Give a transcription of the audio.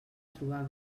trobar